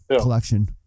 collection